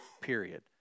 period